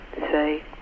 say